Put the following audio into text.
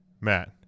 Matt